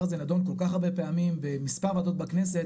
הזה נדון כל כך הרבה פעמים במספר ועדות בכנסת